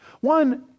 One